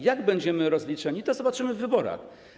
Jak będziemy rozliczeni, to zobaczymy w wyborach.